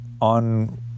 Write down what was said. on